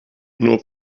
nur